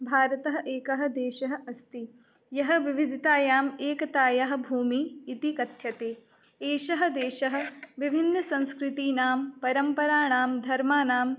भारतः एकः देशः अस्ति यः विविदतायां एकतायः भूमि इति कथ्यते एषः देशः विभिन्नसंस्कृतीनां परम्पराणां धर्माणां